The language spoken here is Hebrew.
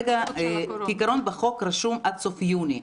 בחוק רשום עד סוף יוני,